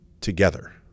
together